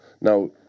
Now